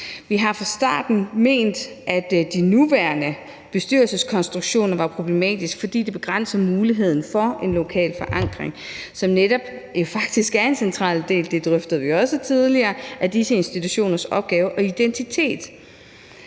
Vi har fra starten ment, at de nuværende bestyrelseskonstruktioner var problematiske, fordi de begrænser muligheden for en lokal forankring, som jo faktisk netop er en central del – det drøftede vi også tidligere